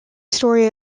story